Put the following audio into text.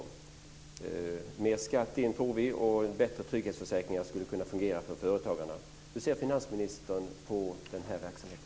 Vi får in mer skatt, och det skulle kunna bli bättre trygghetsförsäkringar för företagarna. Hur ser finansministern på den här verksamheten?